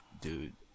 dude